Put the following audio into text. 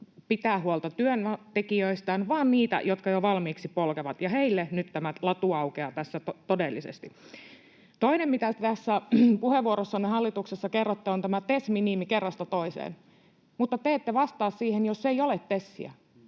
pitää huolta työntekijöistään, vaan niitä, jotka jo valmiiksi polkevat, ja heille nyt tämä latu aukeaa tässä todellisesti. Toinen, mistä tässä puheenvuorossanne kerrotte kerrasta toiseen, on tämä TES-minimi. Mutta te ette vastaa siihen, että jos ei ole TESiä,